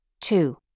Two